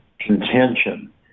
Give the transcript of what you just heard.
contention